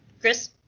chris